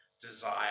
desire